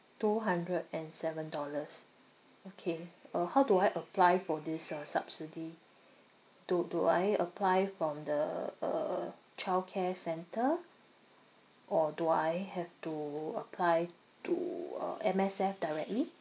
two hundred and seven dollars okay uh how do I apply for this uh subsidy do do I apply from the uh uh childcare centre or do I have to apply to uh M_S_F directly